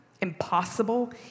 impossible